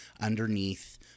Underneath